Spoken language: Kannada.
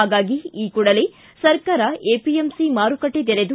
ಹಾಗಾಗಿ ಈ ಕೂಡಲೇ ಸರ್ಕಾರ ಎಪಿಎಂಸಿ ಮಾರುಕಟ್ಲೆ ತೆರೆದು